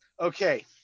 Okay